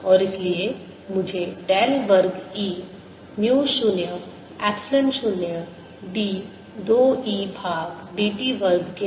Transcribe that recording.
और इसलिए मुझे डेल वर्ग E mu 0 epsilon 0 d 2 E भाग dt वर्ग के बराबर मिलता है